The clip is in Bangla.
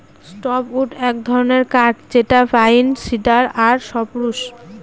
সফ্টউড এক ধরনের কাঠ যেটা পাইন, সিডার আর সপ্রুস